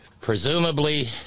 presumably